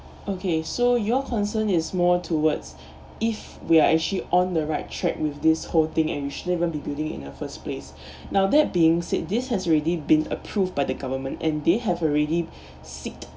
okay so your concern is more towards if we are actually on the right track with this whole thing and we shouldn't be building in the first place now that being said this has already been approved by the government and they have already seek